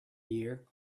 year